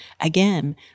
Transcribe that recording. Again